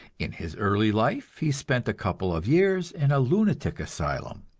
in his early life he spent a couple of years in a lunatic asylum.